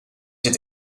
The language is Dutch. het